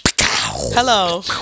Hello